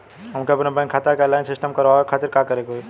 हमके अपने बैंक खाता के ऑनलाइन सिस्टम करवावे के खातिर का करे के होई?